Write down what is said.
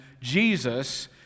Jesus